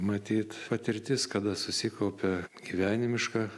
matyt patirtis kada susikaupia gyvenimiška